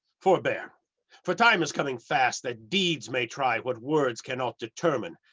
forbear, for time is coming fast, that deeds may try what words cannot determine,